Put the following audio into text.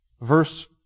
Verse